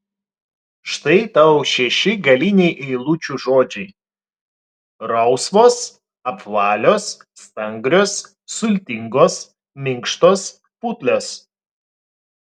štai tau šeši galiniai eilučių žodžiai rausvos apvalios stangrios sultingos minkštos putlios